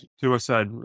suicide